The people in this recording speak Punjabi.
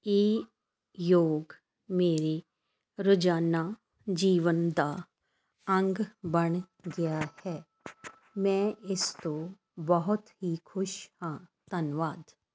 ਇਹ ਯੋਗ ਮੇਰੇ ਰੋਜ਼ਾਨਾ ਜੀਵਨ ਦਾ ਅੰਗ ਬਣ ਗਿਆ ਹੈ ਮੈਂ ਇਸ ਤੋਂ ਬਹੁਤ ਹੀ ਖੁਸ਼ ਹਾਂ ਧੰਨਵਾਦ